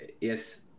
Yes